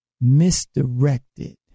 misdirected